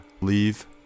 Leave